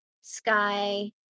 sky